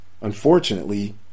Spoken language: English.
unfortunately